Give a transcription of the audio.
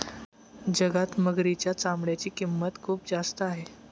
जगात मगरीच्या चामड्याची किंमत खूप जास्त आहे